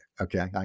okay